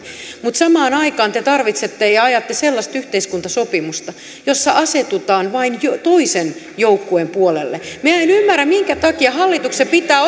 mutta samaan aikaan te tarvitsette ja ajatte sellaista yhteiskuntasopimusta jossa asetutaan vain toisen joukkueen puolelle minä en ymmärrä minkä takia hallituksen pitää